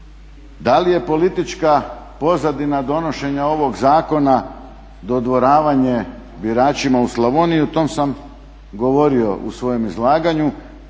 Da li je politička pozadina donošenja ovoga zakona dodvoravanje biračima u Slavoniji o tome sam govorio u svome izlaganju.